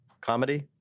comedy